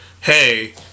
Hey